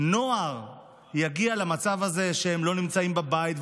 נוער יגיע למצב שהם לא נמצאים בבית,